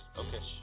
okay